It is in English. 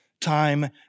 time